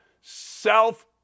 self